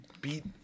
beat